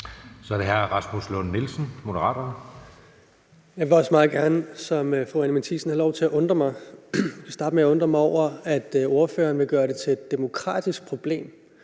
Kl. 10:12 Rasmus Lund-Nielsen (M): Jeg vil også meget gerne som fru Anni Matthiesen have lov til at undre mig. Jeg vil starte med at undre mig over, at ordføreren vil gøre det til et demokratisk problem,